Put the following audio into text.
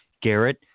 Garrett